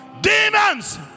demons